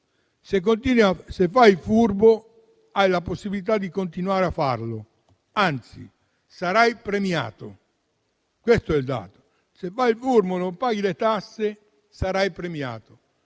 se fai il furbo, hai la possibilità di continuare a farlo, anzi sarai premiato. Questo è il dato. Se fai il furbo e non paghi le tasse, sarai premiato.